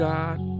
God